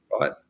right